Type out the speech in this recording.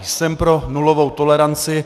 Jsem pro nulovou toleranci.